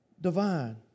divine